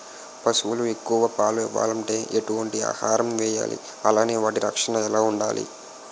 పశువులు ఎక్కువ పాలు ఇవ్వాలంటే ఎటు వంటి ఆహారం వేయాలి అలానే వాటి రక్షణ ఎలా వుండాలి?